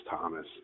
Thomas